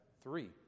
three